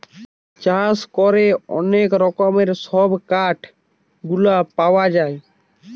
চাষ করে অনেক রকমের সব কাঠ গুলা পাওয়া যায়